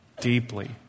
deeply